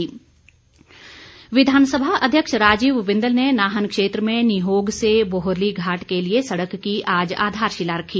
बिंदल विधानसभा अध्यक्ष राजीव बिंदल ने नाहन क्षेत्र में निहोग से बोहरलीघाट के लिए सड़क की आज आधारशिला रखी